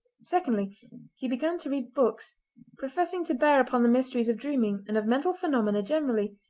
secondly he began to read books professing to bear upon the mysteries of dreaming and of mental phenomena generally,